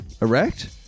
Erect